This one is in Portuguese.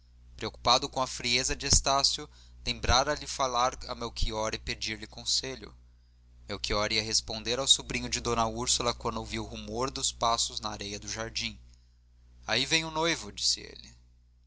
preocupado com a frieza de estácio lembrara lhe falar a melchior e pedirlhe conselho melchior ia responder ao sobrinho de d úrsula quando ouviu rumor de passos na areia do jardim aí vem o noivo disse ele